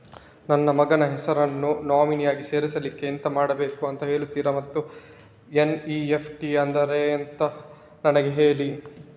ನನ್ನ ಮಗನ ಹೆಸರನ್ನು ನಾಮಿನಿ ಆಗಿ ಸೇರಿಸ್ಲಿಕ್ಕೆ ಎಂತ ಮಾಡಬೇಕು ಅಂತ ಹೇಳ್ತೀರಾ ಮತ್ತು ಎನ್.ಇ.ಎಫ್.ಟಿ ಅಂದ್ರೇನು ಅಂತ ನನಗೆ ಹೇಳಿ